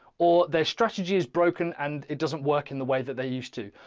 or their strategy is broken and it doesn't work in the way that they used to.